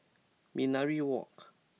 Minaret Walk